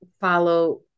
follow